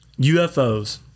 ufos